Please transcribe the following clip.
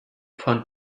von